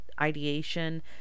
ideation